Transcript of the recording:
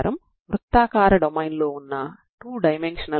రెండవది non homogeneous భాగానికి పరిష్కారాన్ని కనుగొనడం